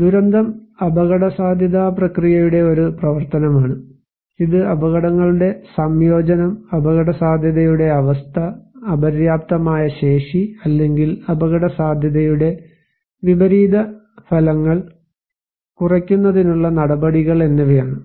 ദുരന്തം അപകടസാധ്യതാ പ്രക്രിയയുടെ ഒരു പ്രവർത്തനമാണ് ഇത് അപകടങ്ങളുടെ സംയോജനം അപകടസാധ്യതയുടെ അവസ്ഥ അപര്യാപ്തമായ ശേഷി അല്ലെങ്കിൽ അപകടസാധ്യതയുടെ വിപരീത ഫലങ്ങൾ കുറയ്ക്കുന്നതിനുള്ള നടപടികൾ എന്നിവയാണ്